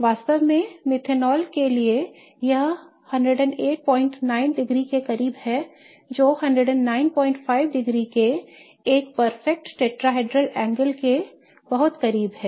वास्तव में मेथनॉल के लिए यह 1089 डिग्री के करीब है जो 1095 डिग्री के एक परिपूर्ण टेट्राहेड्रल कोण के बहुत करीब है